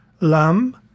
lamb